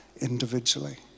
individually